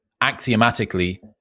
axiomatically